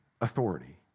authority